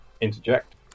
interject